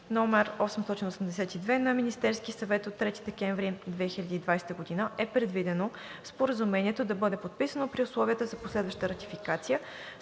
№ 882 на Министерския съвет от 3 декември 2020 г. е предвидено Споразумението да бъде подписано при условията за последваща ратификация